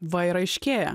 va ir aiškėja